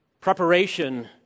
Preparation